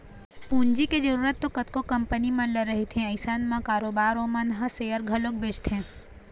पूंजी के जरुरत तो कतको कंपनी मन ल रहिथे अइसन म बरोबर ओमन ह सेयर घलोक बेंचथे